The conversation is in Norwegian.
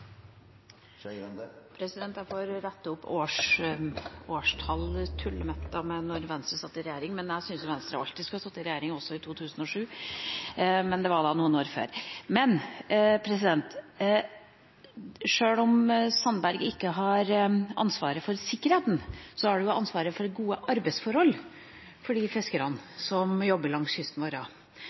Jeg får rette opp årstalltullet mitt med når Venstre satt i regjering. Jeg syns Venstre alltid skulle sittet i regjering, også i 2007, men det var da noen år før. Sjøl om Sandberg ikke har ansvaret for sikkerheten, har han ansvaret for gode arbeidsforhold for fiskerne som jobber langs kysten vår.